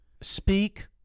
speak